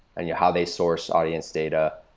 and yeah how they source audience data,